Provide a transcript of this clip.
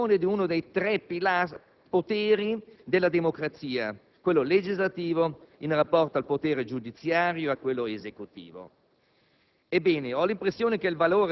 piuttosto, della valorizzazione di uno dei tre poteri della democrazia: quello legislativo, accanto al potere giudiziario e a quello esecutivo.